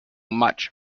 much